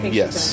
yes